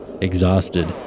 exhausted